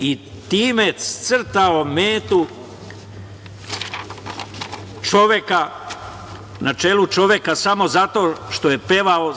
i time crtao metu na čelu čoveka samo zato što je pevao